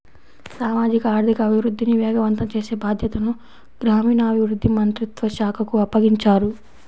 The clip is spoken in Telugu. సామాజిక ఆర్థిక అభివృద్ధిని వేగవంతం చేసే బాధ్యతను గ్రామీణాభివృద్ధి మంత్రిత్వ శాఖకు అప్పగించారు